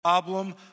Problem